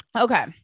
Okay